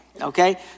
okay